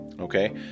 Okay